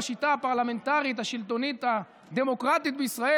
בשיטה הפרלמנטרית השלטונית הדמוקרטית בישראל,